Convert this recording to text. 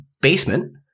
Basement